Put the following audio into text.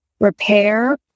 repair